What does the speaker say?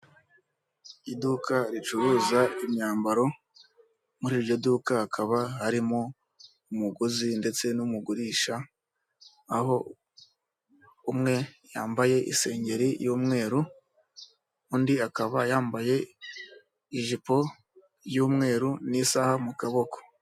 Iduka ricuruza imyambaro, muri iryo duka hakaba harimo umuguzi ndetse n'umugurisha, aho umwe yambaye isengeri y'umweru, undi akaba yambaye ijipo y'umweru n'isaha mu kaboko.